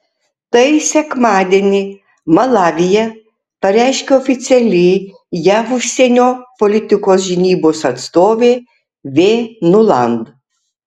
tai sekmadienį malavyje pareiškė oficiali jav užsienio politikos žinybos atstovė v nuland